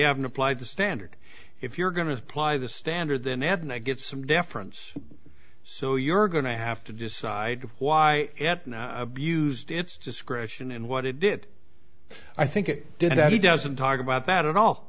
haven't applied the standard if you're going to apply the standard then add and i get some deference so you're going to have to decide why abused its discretion and what it did i think it did that he doesn't talk about that at all